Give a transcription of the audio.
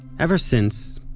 ever since,